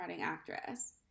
actress